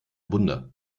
wunder